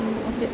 okay